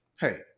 hey